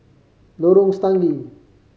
Lorong Stangee